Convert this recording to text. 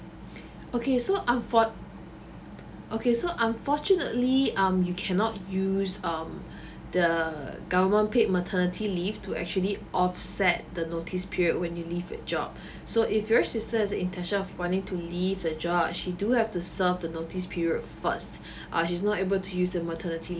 okay so unfort~ okay so unfortunately um you cannot use um the government paid maternity leave to actually offset the notice period when you leave your job so if your sister has intention of wanting to leave the job she do have to serve the notice period first uh she's not able to use the maternity